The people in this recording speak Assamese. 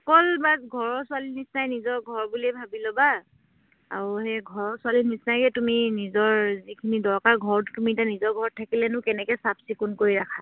অকল বাচ ঘৰৰ ছোৱালী নিচিনাই নিজৰ ঘৰ বুলিয়েই ভাবি ল'বা আৰু সেই ঘৰৰ ছোৱালী নিচিনাকে তুমি নিজৰ যিখিনি দৰকাৰ ঘৰটো তুমি এতিয়া নিজৰ ঘৰত থাকিলেনো কেনেকে চাফ চিকণ কৰি ৰাখা